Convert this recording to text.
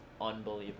unbelievable